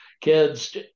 kids